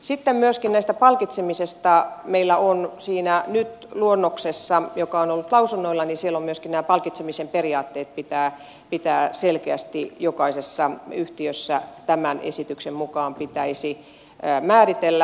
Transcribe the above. sitten myöskin tästä palkitsemisesta meillä on nyt siinä luonnoksessa joka on ollut lausunnoilla että nämä palkitsemisen periaatteet pitäisi selkeästi jokaisessa yhtiössä tämän esityksen mukaan määritellä